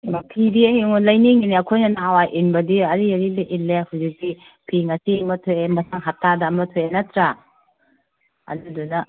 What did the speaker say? ꯏꯃꯥ ꯐꯤꯗꯤ ꯑꯩ ꯂꯩꯅꯤꯡꯏꯅꯤ ꯑꯩꯈꯣꯏꯅ ꯅꯍꯥꯟꯋꯥꯏ ꯏꯟꯕꯗꯤ ꯑꯔꯤ ꯑꯔꯤꯕ ꯏꯟꯂꯦ ꯍꯧꯖꯤꯛꯇꯤ ꯐꯤ ꯉꯁꯤ ꯑꯃ ꯊꯣꯛꯑꯦ ꯃꯊꯪ ꯍꯞꯇꯥꯗ ꯑꯃ ꯊꯣꯛꯑꯦ ꯅꯠꯇ꯭ꯔꯥ ꯑꯗꯨꯗꯨꯅ